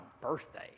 birthday